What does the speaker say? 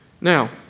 Now